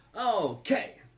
Okay